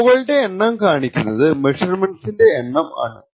റോകളുടെ എണ്ണം കാണിക്കുന്നത് മെഷർമെന്റ്സിന്റെ എണ്ണം ആണ്